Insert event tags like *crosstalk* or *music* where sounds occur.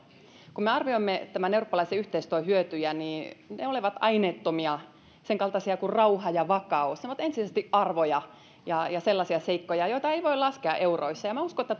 kun me arvioimme tämän eurooppalaisen yhteistyön hyötyjä ne ovat aineettomia sen kaltaisia kuin rauha ja vakaus ne ovat ensisijaisesti arvoja ja sellaisia seikkoja joita ei voi laskea euroissa ja uskon että *unintelligible*